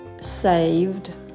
saved